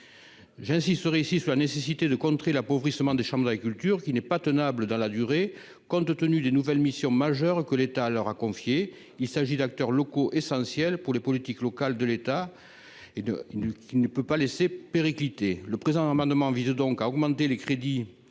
j'insisterai ici sous la nécessité de contrer l'appauvrissement des chambres d'agriculture, qui n'est pas tenable dans la durée, compte tenu des nouvelles missions majeures que l'État leur a confié, il s'agit d'acteurs locaux essentiels pour les politiques locales de l'État et de nous, qui ne peut pas laisser péricliter le présent amendement vise donc à augmenter les crédits